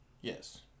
Yes